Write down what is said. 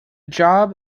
job